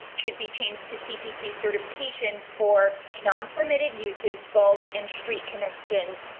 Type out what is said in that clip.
should be changed to cpc certifications for non permitted, uses bulk and street connections,